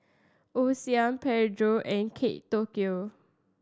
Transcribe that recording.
Osim Pedro and Kate Tokyo